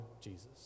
Jesus